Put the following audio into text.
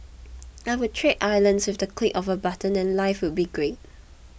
I would trade islands with the click of a button and life would be great